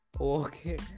Okay